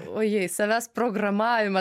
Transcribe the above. ojei savęs programavimą